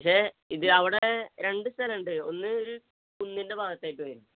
പക്ഷേ ഇത് അവിടെ രണ്ട് സ്ഥലമുണ്ട് ഒന്ന് ഒരു കുന്നിൻ്റെ ഭാഗത്തായിട്ട് വരും